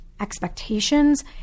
expectations